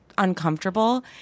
uncomfortable